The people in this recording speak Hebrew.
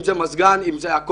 אם זה מזגן, אם זה הכול.